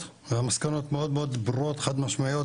והמסקנות מאוד מאוד ברורות וחד משמעיות,